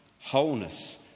wholeness